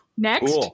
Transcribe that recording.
next